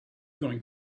going